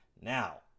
now